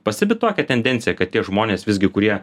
pastebit tokią tendenciją kad tie žmonės visgi kurie